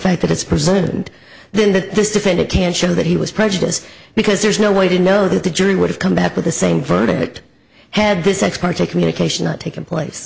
fact that it's presumed then that this defendant can't show that he was prejudiced because there's no way to know that the jury would have come back with the same verdict had this ex parte a communication not taken place